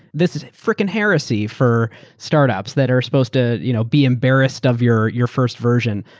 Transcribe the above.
this is freaking heresy for startups that are supposed to you know be embarrassed of your your first version.